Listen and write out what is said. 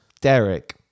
Derek